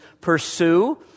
pursue